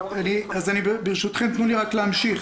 אז, ברשותכם, תנו לי רק להמשיך.